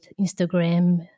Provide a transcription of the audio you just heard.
Instagram